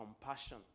compassion